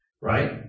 Right